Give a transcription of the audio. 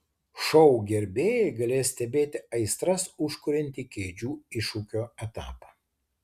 šou gerbėjai galės stebėti aistras užkuriantį kėdžių iššūkio etapą